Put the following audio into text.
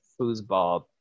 foosball